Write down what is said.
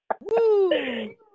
Woo